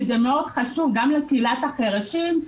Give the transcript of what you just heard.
שזה חשוב מאוד גם לקהילת החירשים.